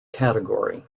category